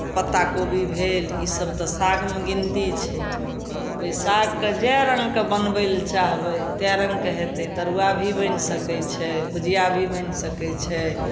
पत्ता कोबी भेल इसभ तऽ सागमे गिनती छै ओहि सागके जाहि रङ्गके बनबै लए चाहबै ताहि रङ्गके हेतै तरुआ भी बनि सकै छै भुजिया भी बनि सकै छै